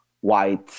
white